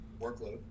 workload